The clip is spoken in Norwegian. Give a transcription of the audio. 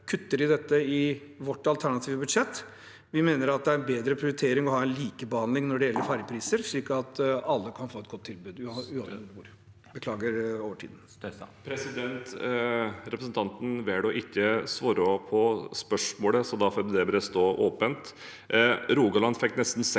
vi kutter i dette i vårt alternative budsjett. Vi mener at det er en bedre prioritering å ha en likebehandling når det gjelder ferjepriser, slik at alle kan få et godt tilbud, uavhengig